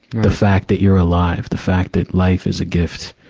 the fact that you're alive. the fact that life is a gift.